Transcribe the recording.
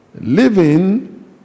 living